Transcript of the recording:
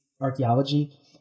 archaeology